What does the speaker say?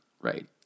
right